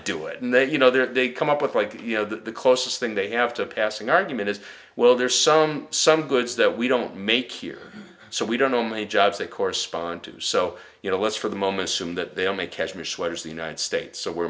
do it and they you know that they come up with like you know the closest thing they have to a passing argument is well there's some some goods that we don't make here so we don't know many jobs they correspond to so you know let's for the moment assume that they all make cashmere sweaters the united states so we're